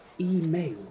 e-mail